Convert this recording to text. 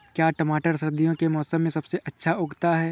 क्या टमाटर सर्दियों के मौसम में सबसे अच्छा उगता है?